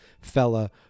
fella